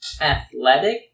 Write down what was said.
athletic